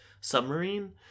submarine